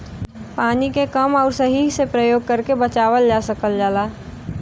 पानी के कम आउर सही से परयोग करके बचावल जा सकल जाला